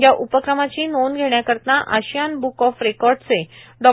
या उपक्रमाची नोंद घेण्याकरिता आशियन ब्क ऑफ रेकॉर्डचे डॉ